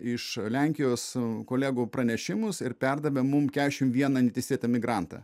iš lenkijos kolegų pranešimus ir perdavė mum keturiasdešimt vieną neteisėtą migrantą